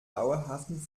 dauerhaften